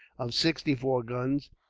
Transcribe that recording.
of sixty-four guns,